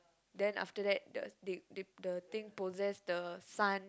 then after that the the the thing possess the son